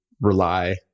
rely